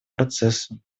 процессу